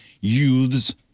youths